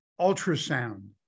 ultrasound